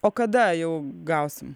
o kada jau gausim